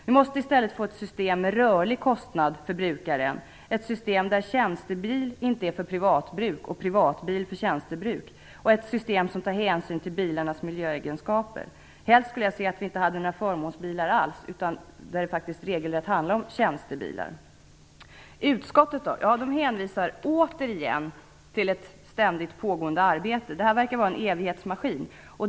Vi måste i stället få ett system med rörlig kostnad för brukaren, ett system där tjänstebil inte är för privatbruk och privatbil inte är för tjänstebruk. Vi måste få ett system som tar hänsyn till bilarnas miljöegenskaper. Jag skulle helst se att vi inte hade några förmånsbilar alls utan att det faktiskt handlade om regelrätta tjänstebilar. Utskottet hänvisar återigen till ett ständigt pågående arbete. Detta verkar vara en evighetsmaskin.